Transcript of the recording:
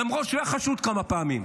למרות שהוא היה חשוד כמה פעמים.